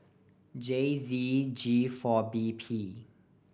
J Z G four B P